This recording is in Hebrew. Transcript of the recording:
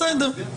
בסדר,